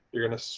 you're going to,